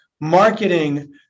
marketing